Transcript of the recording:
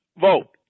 vote